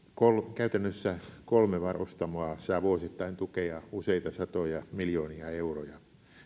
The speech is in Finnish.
käytännössä kolme varustamoa saa vuosittain tukea useita satoja miljoonia euroja